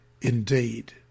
indeed